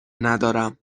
ندارم